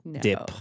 dip